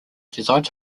designed